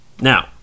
Now